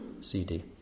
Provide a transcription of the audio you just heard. CD